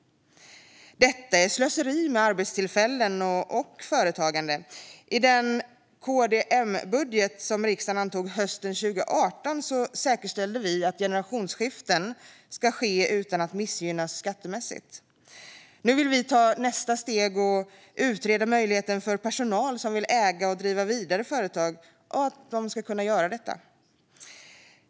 Detta är slöseri med arbetstillfällen och företagande. I den KD-M-budget som riksdagen antog hösten 2018 säkerställde vi att generationsskiften kunde ske utan att missgynnas skattemässigt. Nu vill vi ta nästa steg och utreda möjligheten för personal som vill äga och driva vidare företag att göra det.